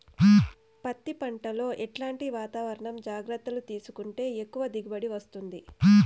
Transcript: పత్తి పంట లో ఎట్లాంటి వాతావరణ జాగ్రత్తలు తీసుకుంటే ఎక్కువగా దిగుబడి వస్తుంది?